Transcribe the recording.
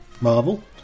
Marvel